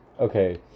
Okay